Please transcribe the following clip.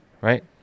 right